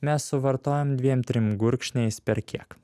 mes suvartojam dviem trim gurkšniais per kiek